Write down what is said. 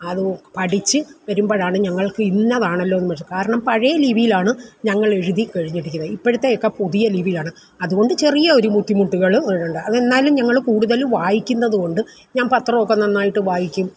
അത് പഠിച്ച് വരുമ്പഴാണ് ഞങ്ങൾക്ക് ഇന്നതാണല്ലോ കാരണം പഴയ ലിപിയിലാണ് ഞങ്ങളെഴുതി കഴിഞ്ഞിരിക്കുന്നെ ഇപ്പഴത്തെയക്കെ പുതിയ ലിപിയാണ് അതുകൊണ്ട് ചെറിയ ഒരു ബുദ്ധിമുട്ടുകള് ഉണ്ട് അത് എന്നാലും ഞങ്ങള് കൂടുതല് വായിക്കുന്നതുകൊണ്ട് ഞാൻ പത്രമൊക്കെ നന്നായിട്ട് വായിക്കും